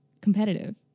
competitive